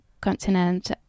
continent